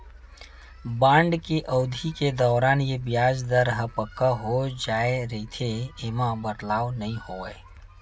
bond के अबधि के दौरान ये बियाज दर ह पक्का हो जाय रहिथे, ऐमा बदलाव नइ होवय